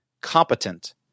competent